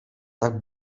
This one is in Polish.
tak